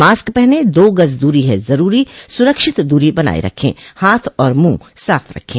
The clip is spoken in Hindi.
मास्क पहनें दो गज़ दूरी है ज़रूरी सुरक्षित दूरी बनाए रखें हाथ और मुंह साफ़ रखें